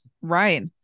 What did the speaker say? Right